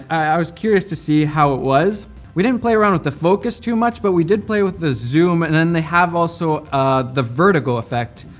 i was curious to see how it was we didn't play around with the focus too much, but we did play with the zoom. then they have also the vertical effect.